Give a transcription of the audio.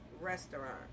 Restaurant